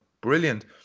brilliant